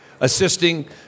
assisting